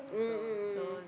mm mm mm